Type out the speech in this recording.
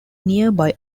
nearby